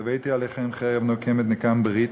"והבאתי עליכם חרב נקמת נקם ברית",